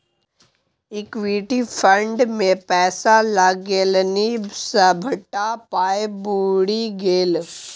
equity fund मे पैसा लगेलनि सभटा पाय बुरि गेल